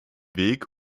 weg